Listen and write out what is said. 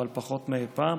אבל פחות מאי פעם.